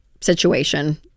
situation